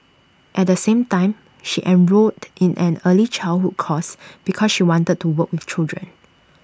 at the same time she enrolled in an early childhood course because she wanted to work with children